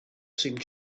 seemed